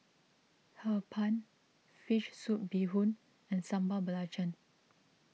Hee Pan Fish Soup Bee Hoon and Sambal Belacan